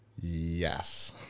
Yes